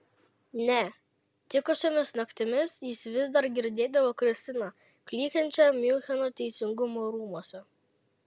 ne tikusiomis naktimis jis vis dar girdėdavo kristiną klykiančią miuncheno teisingumo rūmuose